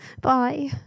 Bye